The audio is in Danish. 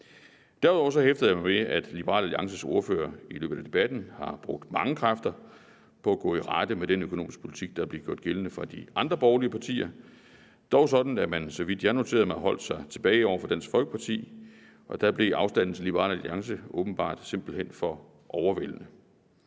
Derudover hæftede jeg mig ved, at Liberal Alliances ordfører i løbet af debatten har brugt mange kræfter på at gå i rette med den økonomiske politik, der bliver gjort gældende fra de andre borgerlige partier, dog sådan, at man, så vidt jeg noterede mig, holdt sig tilbage over for Dansk Folkeparti. Der blev afstanden til Liberal Alliance åbenbart simpelt hen for overvældende.